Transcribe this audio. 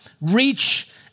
reach